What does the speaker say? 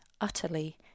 utterly